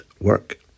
work